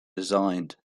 designed